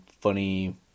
funny